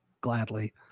Gladly